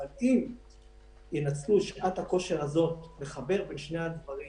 אבל אם ינצלו את שעת הכושר הזאת לחבר בין שני הדברים